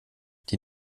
die